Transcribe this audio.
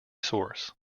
source